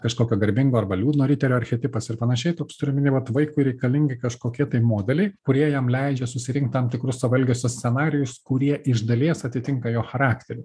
kažkokio garbingo arba liūdno riterio archetipas ir panašiai toks turiu omeny vat vaikui reikalingi kažkokie tai modeliai kurie jam leidžia susirinkt tam tikrus savo elgesio scenarijus kurie iš dalies atitinka jo charakterį